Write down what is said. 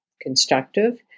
constructive